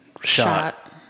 shot